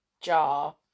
jar